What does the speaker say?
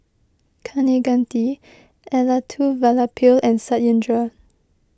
Kaneganti Elattuvalapil and Satyendra